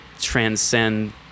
transcend